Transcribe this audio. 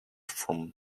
from